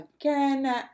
again